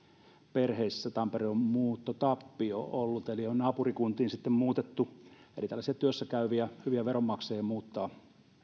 perheissä tampereella on muuttotappiota ollut eli on naapurikuntiin sitten muutettu eli tällaisia työssäkäyviä hyviä veronmaksajia muuttaa